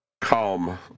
calm